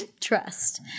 Trust